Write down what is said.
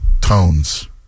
tones